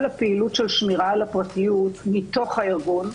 הפעילות של שמירה על הפרטיות מתוך הארגון,